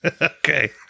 Okay